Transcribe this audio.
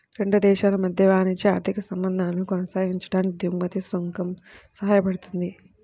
రెండు దేశాల మధ్య వాణిజ్య, ఆర్థిక సంబంధాలను కొనసాగించడానికి దిగుమతి సుంకం సాయపడుతుంది